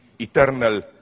eternal